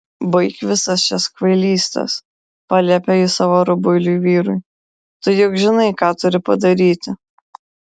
baik visas šias kvailystes paliepė ji savo rubuiliui vyrui tu juk žinai ką turi padaryti